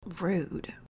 Rude